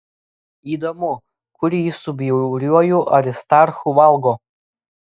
įdomu kur jis su bjauriuoju aristarchu valgo